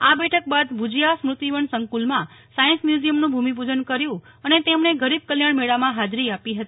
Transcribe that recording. આ બેઠક બાદ ભુજિયા સ્મૃતિવન સંકુલમાં સાયન્સ મ્યુઝીયમનું ભૂમિપૂજન કર્યું અને તેમણે ગરીબ કલ્યાણ મેળામાં હાજરી આપી હતી